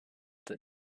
that